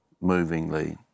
movingly